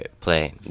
play